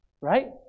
right